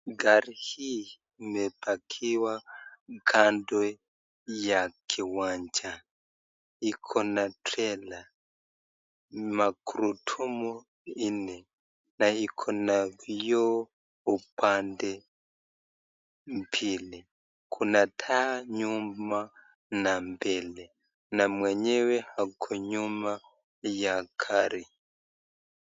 Gari hii imepakiwa kando ya kiwanja. Ikona trela, magurudumu nne na ikona vioo upande mbili. Kuna taa nyuma na mbele na mwenyewe ako nyuma ya gari.